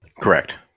Correct